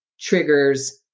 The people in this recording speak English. triggers